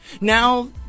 Now